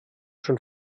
schon